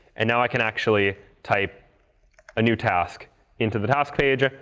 and now i can actually type a new task into the task page.